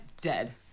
dead